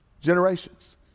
generations